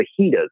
fajitas